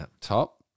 top